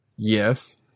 Yes